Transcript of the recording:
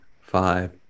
five